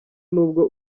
n’ubwo